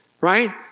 right